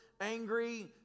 angry